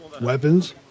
Weapons